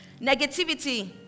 Negativity